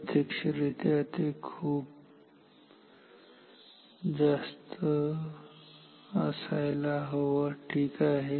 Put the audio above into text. प्रात्यक्षिक रित्या ते खूप खूप जास्त असायला हवं ठीक आहे